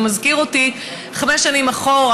זה מזכיר לי חמש שנים אחורה,